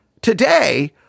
today